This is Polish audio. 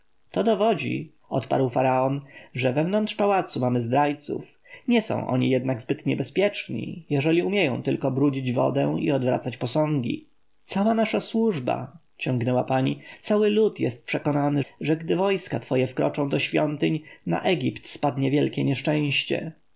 to dowodzi odparł faraon że wewnątrz pałacu mamy zdrajców nie są oni jednak zbyt niebezpieczni jeżeli umieją tylko brudzić wodę i odwracać posągi cała nasza służba ciągnęła pani cały lud jest przekonany że gdy wojska twoje wkroczą do świątyń na egipt spadnie wielkie nieszczęście